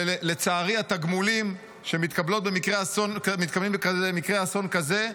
ולצערי התגמולים שמתקבלים במקרה אסון כזה,